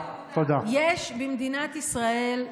יש במדינת ישראל,